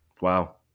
Wow